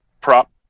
prop